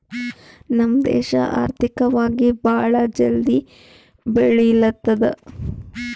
ನಮ್ ದೇಶ ಆರ್ಥಿಕವಾಗಿ ಭಾಳ ಜಲ್ದಿ ಬೆಳಿಲತ್ತದ್